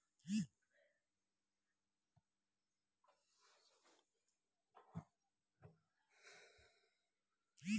मुर्गी पालन सँ बहुत रास शहरी आ ग्रामीण इलाका में रोजगार जनमि रहल छै